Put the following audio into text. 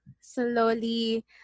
slowly